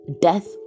death